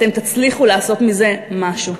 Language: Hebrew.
אתם תצליחו לעשות מזה משהו.